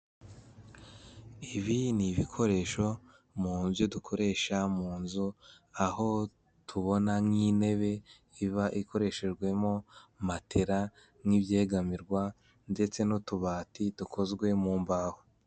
Ibi n'ibikoresho mubyo dukoresha mu inzu aho tubona nk'intebe iba ikoreshejwemo matera n'ibyegamirwa ndetse n'utubati dukozwe mu imbaho.